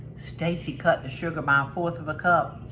stacy cut the sugar by a fourth of a cup.